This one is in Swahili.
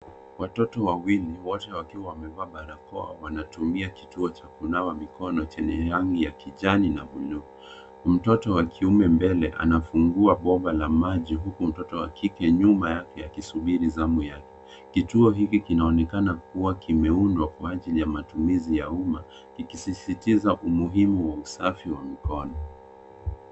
Watoto wawili wote wamevaa barakoa. Wanatumia kitu cha kunawa mikono chenye rangi ya kijani na kujo. Mtoto wa kiume aliye mbele anafungua bomba la maji huku mtoto wa kike nyuma yake akisugua mikono yake. Kituo hiki kinaonekana kuwa kimeundwa kwa ajili ya matumizi ya umma, kikisisitiza umuhimu wa usafi wa mikono.